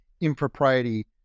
impropriety